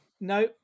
No